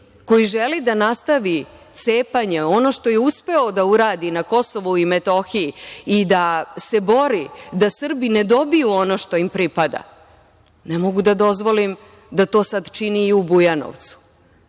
koji želi da nastavi cepanje, ono što je uspeo da uradi na Kosovu i Metohiji, i da se bori da Srbi ne dobiju ono što im pripada, ne mogu da dozvolim da to sad čini i u Bujanovcu.